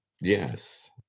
Yes